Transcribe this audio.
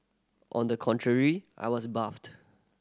on the contrary I was baffled